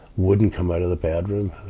wouldn't come out of the bedroom.